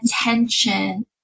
attention